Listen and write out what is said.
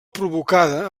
provocada